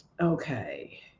Okay